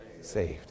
saved